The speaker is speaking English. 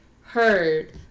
heard